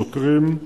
שוטרים.